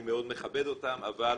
אני מאוד מכבד אותם, אבל